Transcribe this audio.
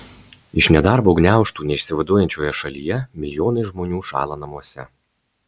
iš nedarbo gniaužtų neišsivaduojančioje šalyje milijonai žmonių šąla namuose